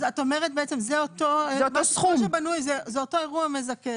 את בעצם אומרת שזה אותו אירוע מזכה.